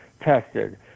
tested